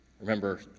Remember